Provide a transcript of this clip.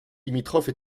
limitrophes